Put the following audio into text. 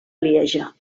lieja